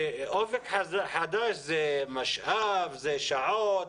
'אופק חדש' זה משאב, זה שעות,